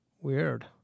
Weird